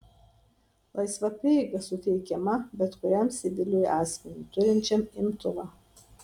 laisva prieiga suteikiama bet kuriam civiliui asmeniui turinčiam imtuvą